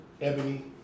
Ebony